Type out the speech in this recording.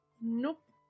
Nope